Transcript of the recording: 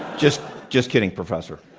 just just kidding, professor.